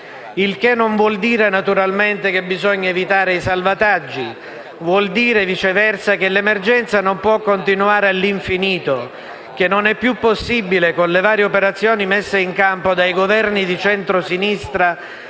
Il che non vuol dire, naturalmente, che bisogna evitare i salvataggi; vuol dire, viceversa, che l'emergenza non può continuare all'infinito e che non è più possibile, con le varie operazioni messe in campo dai Governi di centrosinistra,